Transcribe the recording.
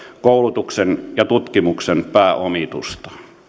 koulutuksen ja tutkimuksen pääomitusta